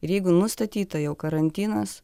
ir jeigu nustatyta jau karantinas